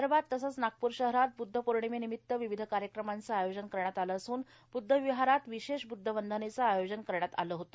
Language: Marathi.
विदर्भात तसंच नागपूर शहरात ब्द्व पौर्णिमेनिमित्त विविध कार्यक्रमांचं आयोजन करण्यात आलं असून ब्द्ध विहारात विशेष ब्द्ध वंदनेचे आयोजन करण्यात आले आहे